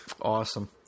Awesome